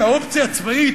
את האופציה הצבאית,